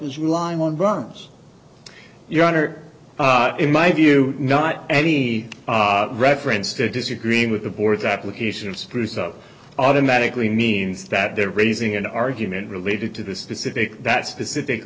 line one runs your honor in my view not any reference to disagreeing with the board's application of screws up automatically means that they're raising an argument related to the specific that specific